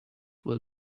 will